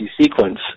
sequence